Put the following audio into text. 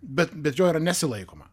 bet bet jo yra nesilaikoma